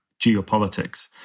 geopolitics